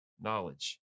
knowledge